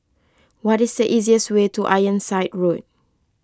what is the easiest way to Ironside Road